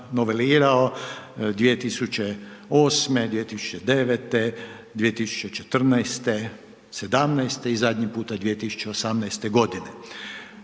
novelirao 2008., 2009., 2014., '17. i zadnji puta 2018. g.